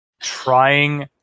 trying